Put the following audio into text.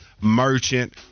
merchant